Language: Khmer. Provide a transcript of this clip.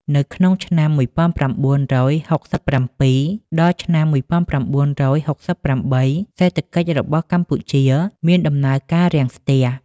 នៅក្នុងឆ្នាំ ១៩៦៧ ដល់ឆ្នាំ ១៩៦៨ សេដ្ឋកិច្ចរបស់កម្ពុជាមានដំណើរការរាំងស្ទះ។